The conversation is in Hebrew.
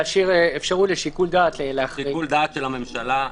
להשאיר אפשרות לשיקול דעת ---- שיקול דעת של הממשלה.